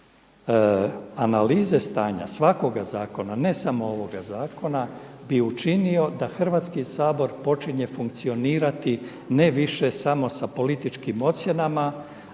analize stanja svakoga zakona, ne samo ovoga zakon bi učinio da Hrvatski sabor počinje funkcionirati ne više samo sa političkim ocjenama